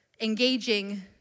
engaging